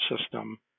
system